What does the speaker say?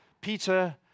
Peter